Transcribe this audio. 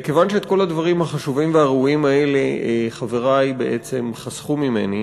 כיוון שאת כל הדברים החשובים והראויים האלה חברי בעצם חסכו ממני,